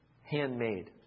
handmade